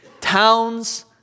Towns